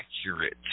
accurate